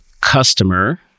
customer